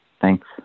Thanks